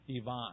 Ivan